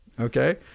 Okay